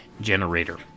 generator